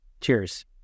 Cheers